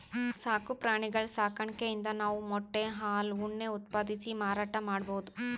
ಸಾಕು ಪ್ರಾಣಿಗಳ್ ಸಾಕಾಣಿಕೆಯಿಂದ್ ನಾವ್ ಮೊಟ್ಟೆ ಹಾಲ್ ಉಣ್ಣೆ ಉತ್ಪಾದಿಸಿ ಮಾರಾಟ್ ಮಾಡ್ಬಹುದ್